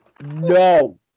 No